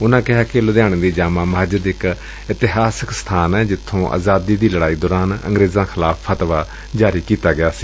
ਉਨੂਂ ਕਿਹਾ ਕਿ ਲੁਧਿਆਣੇ ਦੀ ਜਾਮਾ ਮਸਜਿਦ ਇਕ ਇਤਿਹਾਸਕ ਜਗਹ ਏ ਜਿੱਥੇ ਆਜ਼ਾਦੀ ਦੀ ਲੜਾਈ ਦੌਰਾਨ ਅੰਗੇਰਜਾਂ ਖਿਲਾਫ਼ ਫਤਵਾ ਜਾਰੀ ਕੀਤਾ ਗਿਆ ਸੀ